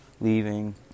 leaving